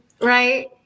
Right